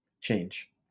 change